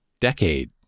decade